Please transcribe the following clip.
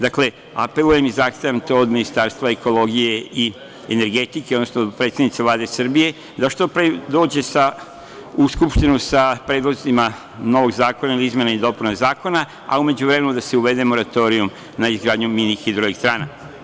Dakle, apelujem i zahtevam to od Ministarstva ekologije i energetike, odnosno predsednice Vlade Srbije da što pre dođe u Skupštinu sa predlozima novog zakona o izmenama i dopunama zakona, a u međuvremenu da se uvede moratorijum na izgradnju mini hidroelektrana.